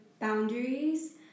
boundaries